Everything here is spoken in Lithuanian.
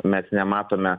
mes nematome